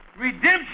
redemption